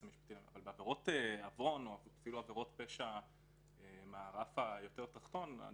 המשפטי --- אבל בעבירות עוון ואפילו בעבירות פשע מהרף התחתון יותר